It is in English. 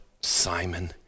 Simon